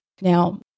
now